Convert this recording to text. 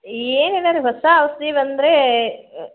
ಏನಿಲ್ಲ ರೀ ಹೊಸ ಔಷ್ಧಿ ಬಂದ್ರೆ